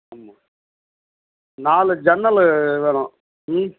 ஆமாம் நாலு ஜன்னல் வேணும் ம்